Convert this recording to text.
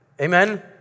Amen